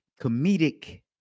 comedic